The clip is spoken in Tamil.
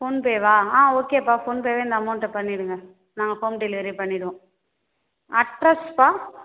ஃபோன்பேவா ஆ ஓகேப்பா ஃபோன்பேவே இந்த அமௌண்ட்டை பண்ணிடுங்கள் நாங்கள் ஹோம் டெலிவரியே பண்ணிடுவோம் அட்ரஸ்ப்பா